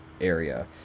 Area